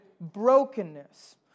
brokenness